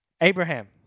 Abraham